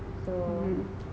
mm